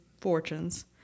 fortunes